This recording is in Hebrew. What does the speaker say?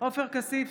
עופר כסיף,